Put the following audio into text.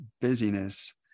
busyness